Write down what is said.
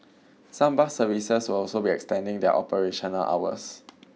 some bus services will also be extending their operational hours